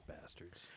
bastards